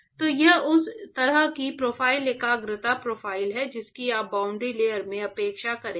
तो यह उस तरह की प्रोफ़ाइल एकाग्रता प्रोफ़ाइल है जिसकी आप बाउंड्री लेयर में अपेक्षा करेंगे